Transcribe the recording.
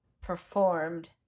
performed